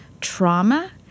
trauma